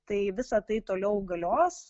tai visa tai toliau galios